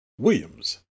Williams